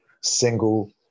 single